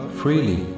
freely